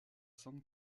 san